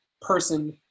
person